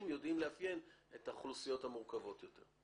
יודעים לאפיין את האוכלוסיות המורכבות יותר.